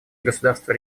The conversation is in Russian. государства